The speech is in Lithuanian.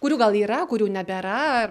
kurių gal yra kurių nebėra